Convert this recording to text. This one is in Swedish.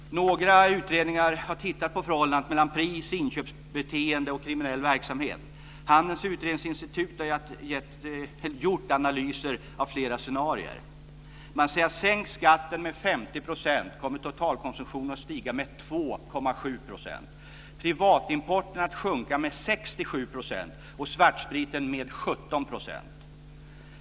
Några utredningar har tittat på förhållandet mellan pris, inköpsbeteende och kriminell verksamhet. Handelns Utredningsinstitut har gjort analyser av flera scenarier. Man säger att om skatten sänks med 50 % så kommer totalkonsumtionen att stiga med 2,7 %, privatimporten att sjunka med 67 % och svartspriten med 17 %.